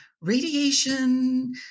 radiation